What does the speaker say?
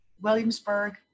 Williamsburg